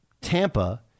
Tampa